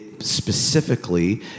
specifically